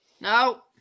no